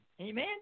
Amen